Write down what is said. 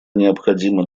необходимо